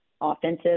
offensive